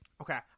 Okay